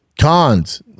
Cons